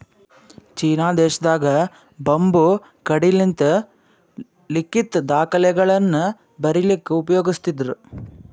China ದೇಶದಾಗ್ bamboo ಕಡ್ಡಿಲಿಂತ್ ಲಿಖಿತ್ ದಾಖಲೆಗಳನ್ನ ಬರಿಲಿಕ್ಕ್ ಉಪಯೋಗಸ್ತಿದ್ರು